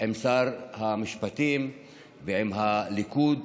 עם שר המשפטים ועם הליכוד